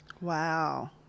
Wow